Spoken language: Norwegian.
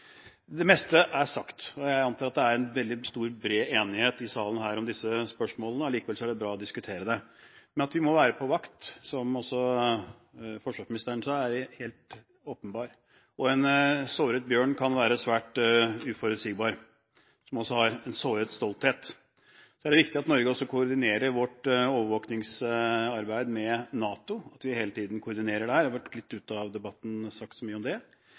og bred enighet her i salen om disse spørsmålene. Likevel er det bra å diskutere dem. Men at vi må være på vakt, som også forsvarsministeren sa, er helt åpenbart. En såret bjørn, som også har en såret stolthet, kan være svært uforutsigbar. Det er også viktig at Norge koordinerer vårt overvåkningsarbeid med NATO. At vi hele tiden koordinerer der, har vært litt ute av debatten – det har ikke vært sagt så mye om det.